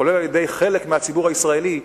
כולל על-ידי חלק מהציבור הישראלי,